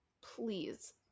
please